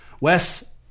Wes